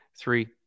Three